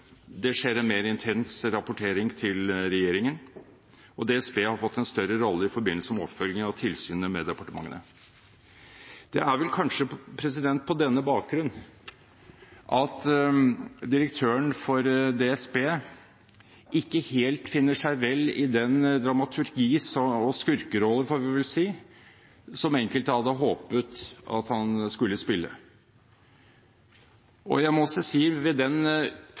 Det skjer en mer intens rapportering til regjeringen, og DSB har fått en større rolle i forbindelse med oppfølgingen av tilsynet med departementene. Det er vel kanskje på denne bakgrunn at direktøren for DSB ikke helt finner seg vel i den dramaturgi – og skurkerolle, får vi vel si – som enkelte hadde håpet at han skulle spille. Jeg må også si at den